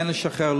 כן לשחרר,